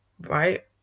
right